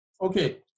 Okay